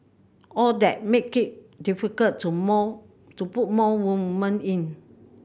all that made difficult to more to put more women in